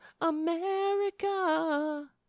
America